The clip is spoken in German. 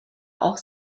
auch